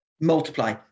Multiply